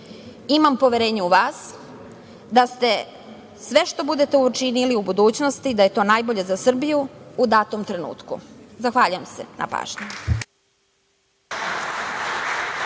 Imam poverenje u vas da sve što budete učinili u budućnosti, da je to najbolje za Srbiju u datom trenutku. Zahvaljujem se na pažnji.